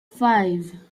five